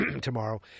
tomorrow